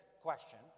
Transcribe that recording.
question